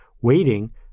waiting